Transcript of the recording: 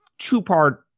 two-part